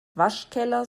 waschkeller